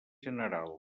general